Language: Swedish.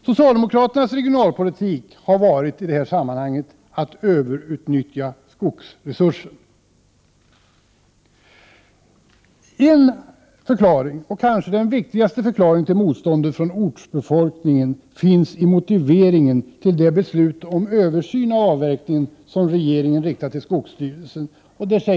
Socialdemokraternas regionalpolitik har i det här sammanhanget gått ut på ett överutnyttjande av skogsresurser. En förklaring, kanske den viktigaste, till motståndet från ortsbefolkningen finns i motiveringen till det beslut om översyn av avverkningen som regeringen riktat till skogsstyrelsen.